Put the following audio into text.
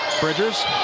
Bridgers